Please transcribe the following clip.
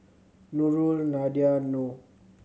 Nurul Nadia and Noh